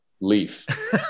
leaf